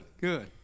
good